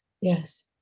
yes